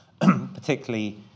particularly